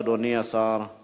הצעת חוק איסור מימון טרור (תיקון מס' 13)